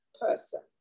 person